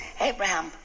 Abraham